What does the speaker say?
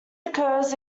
occurs